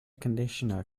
conditioner